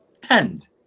tend